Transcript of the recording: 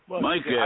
Mike